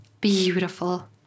beautiful